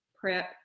prep